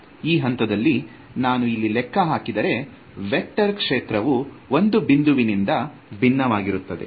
ಈ ಹಂತದಲ್ಲಿ ನಾನು ಇಲ್ಲಿ ಲೆಕ್ಕ ಹಾಕಿದರೆ ವೆಕ್ಟರ್ ಕ್ಷೇತ್ರವು ಒಂದು ಬಿಂದುವಿನಿಂದ ಭಿನ್ನವಾಗಿರುತ್ತದೆ